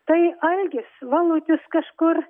tai algis valutis kažkur